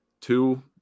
two